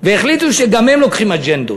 והחליטו שגם הם לוקחים אג'נדות.